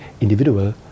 individual